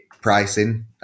pricing